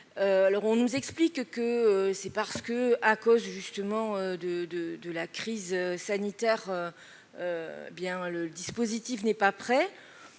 On nous explique que c'est à cause de la crise sanitaire que ce dispositif n'est pas prêt.